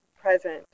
present